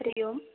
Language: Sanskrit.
हरिः ओम्